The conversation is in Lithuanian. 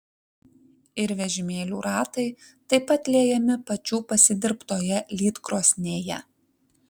ir vežimėlių ratai taip pat liejami pačių pasidirbtoje lydkrosnėje